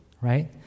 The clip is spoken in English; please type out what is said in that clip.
right